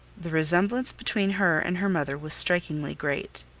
the resemblance between her and her mother was strikingly great.